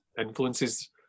influences